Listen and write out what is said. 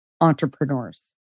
entrepreneurs